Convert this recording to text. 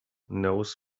knows